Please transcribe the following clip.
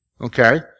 okay